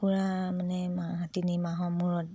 ককুৰা মানে মাহ তিনি মাহৰ মূৰত